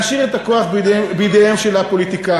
להשאיר את הכוח בידיהם של הפוליטיקאים.